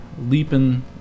Leaping